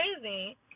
crazy